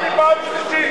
תקרא לי פעם שלישית,